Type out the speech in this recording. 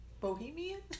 Bohemian